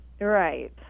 Right